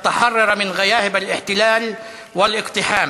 יהיה חופשי ממחשכי הכיבוש ומהשימוש בכוח.